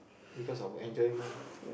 because of enjoyment